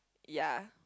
ya